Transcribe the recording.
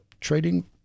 trading